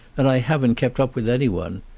and i haven't kept up with anyone.